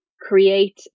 create